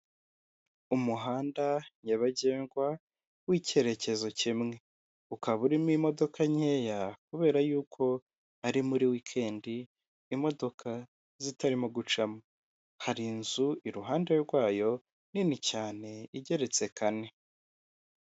Aha hari uruhurirane rw'abantu bigaragara ko hakorerwa ibintu bijyanye no gucuruza, murahabona karoti, ibijumba, imyumbati y'ibirayi, intoryi, pavuro, imiteja, urusenda n'ibintu byinshi murimo kubona mu mukabona k' inyuma naho hari gucururirwa ibindi rwose murabibona neza cyane ko aha isoko rinini kandi rigari.